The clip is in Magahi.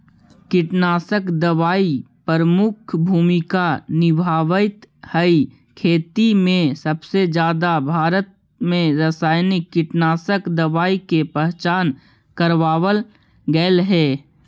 कीटनाशक दवाई प्रमुख भूमिका निभावाईत हई खेती में जबसे भारत में रसायनिक कीटनाशक दवाई के पहचान करावल गयल हे